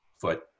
foot